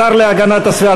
השר להגנת הסביבה,